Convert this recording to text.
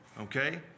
Okay